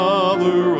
Father